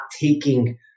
taking